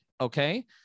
okay